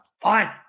Fine